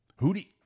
Hootie